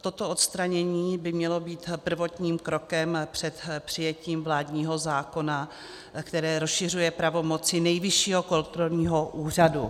Toto odstranění by mělo být prvotním krokem před přijetím vládního zákona, které rozšiřuje pravomoci Nejvyššího kontrolního úřadu.